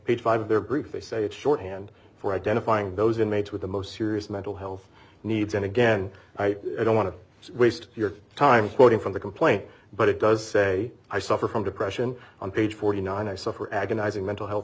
page five of their brief they say that shorthand for identifying those inmates with the most serious mental health needs and again i don't want to waste your time quoting from the complaint but it does say i suffer from depression on page forty nine i suffer agonizing mental health